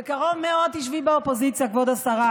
בקרוב מאוד תשבי באופוזיציה, כבוד השרה,